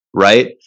right